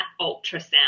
ultrasound